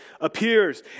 Appears